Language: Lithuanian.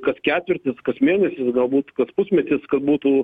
kad ketvirtis kas mėnesį galbūt kad pusmetis būtų